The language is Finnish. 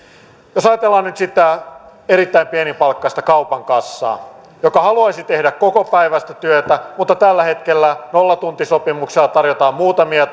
jos ajatellaan nyt sitä erittäin pienipalkkaista kaupan kassaa joka haluaisi tehdä kokopäiväistä työtä mutta tällä hetkellä nollatuntisopimuksella tarjotaan muutamia